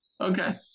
Okay